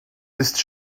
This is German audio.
ist